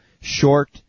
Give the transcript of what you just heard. short